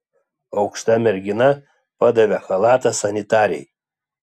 aukšta mergina padavė chalatą sanitarei